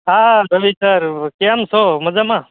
હા રવિ સર કેમ છો મજામાં